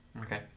Okay